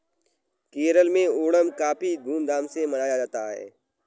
केरल में ओणम काफी धूम धाम से मनाया जाता है